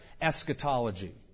eschatology